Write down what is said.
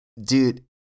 Dude